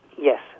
Yes